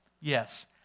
Yes